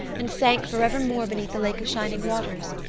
and sank forevermore beneath the lake of shining waters.